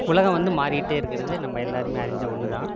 உலகம் வந்து மாறிக்கிட்டே இருக்கிறது நம்ம எல்லோருமே அறிஞ்ச ஒன்று தான்